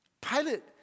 Pilate